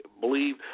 believe